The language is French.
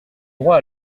droit